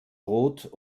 rot